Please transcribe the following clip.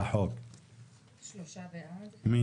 שלום לכולם, אני